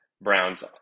Browns